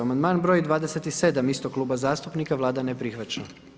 Amandman broj 27 istog kluba zastupnika, Vlada ne prihvaća.